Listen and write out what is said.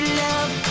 love